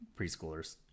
preschoolers